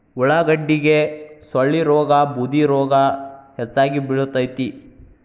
ಉಳಾಗಡ್ಡಿಗೆ ಸೊಳ್ಳಿರೋಗಾ ಬೂದಿರೋಗಾ ಹೆಚ್ಚಾಗಿ ಬಿಳತೈತಿ